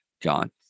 john